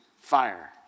fire